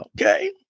Okay